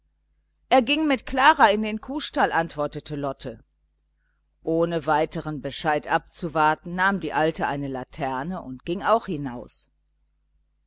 er ging mit klara in den kuhstall antwortete lotte ohne weiteren bescheid abzuwarten nahm die alte eine laterne und ging auch hinaus